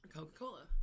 Coca-Cola